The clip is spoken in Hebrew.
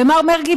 ומר מרגי,